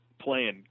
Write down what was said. playing